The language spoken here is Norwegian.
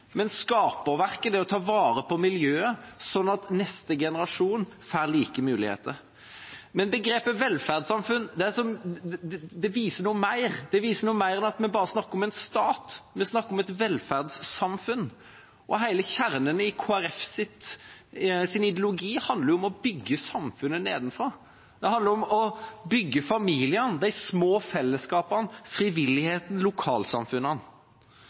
men skaperverket, det å ta vare på miljøet, sånn at neste generasjon får like muligheter. Men begrepet «velferdssamfunn» viser noe mer enn at vi bare snakker om en stat. Vi snakker om et velferdssamfunn. Hele kjernen i Kristelig Folkepartis ideologi handler om å bygge samfunnet nedenfra, det handler om å bygge familiene, de små fellesskapene, frivilligheten, lokalsamfunnene.